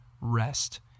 rest